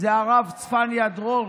זה הרב צפניה דרורי,